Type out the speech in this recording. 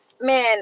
man